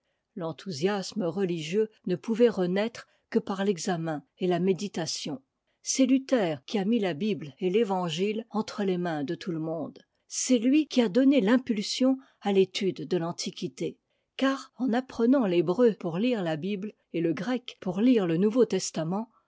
l'enthousiasme religieux ne pouvait renaître que par l'examen et la méditation c'est luther qui a mis la bible et l'évangile entre les mains de tout le monde c'est lui qui a donné l'impulsion à l'étude de l'antiquité car en apprenant l'hébreu pour lire la bible et le grec pour lire le nouveau testament